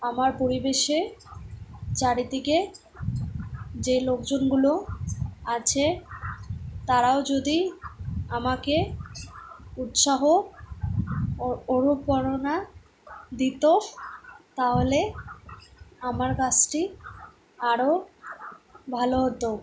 আমার পরিবেশে চারিদিকে যে লোকজনগুলো আছে তারাও যদি আমাকে উৎসাহ ও অনুপ্রেরণা দিতো তাহলে আমার কাজটি আরও ভালো হতো